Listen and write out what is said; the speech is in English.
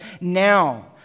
now